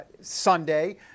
Sunday